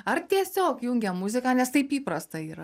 ar tiesiog jungiam muziką nes taip įprasta yra